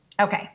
Okay